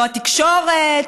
לא התקשורת,